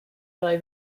rhoi